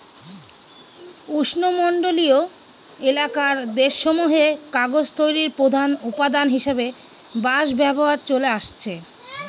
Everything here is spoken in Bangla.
উষ্ণমন্ডলীয় এলাকার দেশসমূহে কাগজ তৈরির প্রধান উপাদান হিসাবে বাঁশ ব্যবহার চলে আসছে